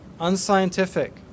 unscientific